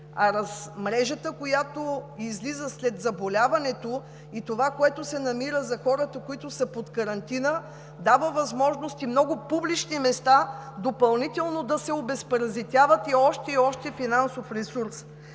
А мрежата, която излиза след заболяването, и това, което се намира за хората, които са под карантина, дава възможност и много публични места допълнително да се обезпаразитяват и още, и още финансов ресурс.